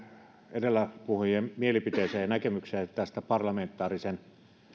edellä puhuneiden mielipiteeseen ja näkemykseen parlamentaarisen